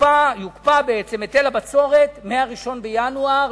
שבעצם יוקפא היטל הבצורת מ-1 בינואר,